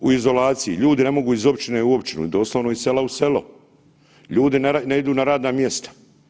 U izolaciji, ljudi ne mogu iz općine u općinu, doslovno iz sela u selo, ljudi ne idu na radna mjesta.